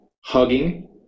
hugging